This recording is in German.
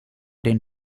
den